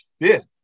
fifth